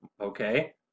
Okay